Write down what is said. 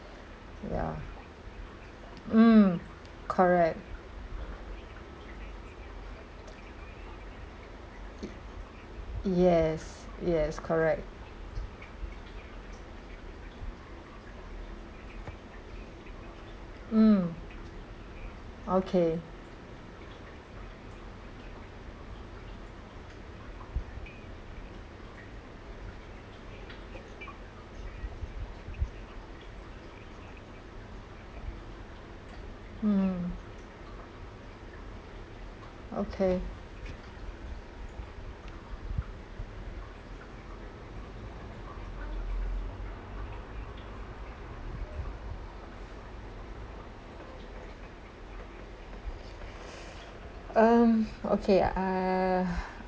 yeah mm correct yes yes correct mm okay mm okay um okay uh